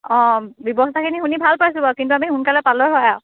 অঁ ব্যৱস্থাখিনি শুনি ভাল পাইছোঁ বাও কিন্তু আমি শুনকালে পালে হয় আও